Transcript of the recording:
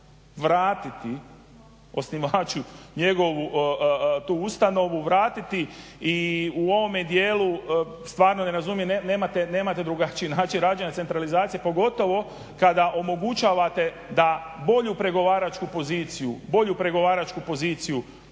vratiti osnivaču njegovu tu ustanovu, vratiti. I u ovome dijelu stvarno ne razumijem nemate drugačiji način rađenja centralizacije pogotovo kada omogućavate da bolju pregovaračku poziciju